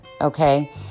okay